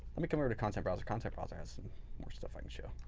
let me come over to content browser, content browser has some more stuff i can show.